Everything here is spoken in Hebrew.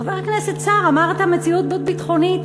חבר הכנסת סער, אמרת מציאות ביטחונית.